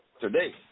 today